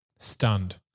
Stunned